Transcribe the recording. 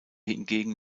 hingegen